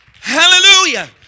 Hallelujah